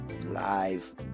live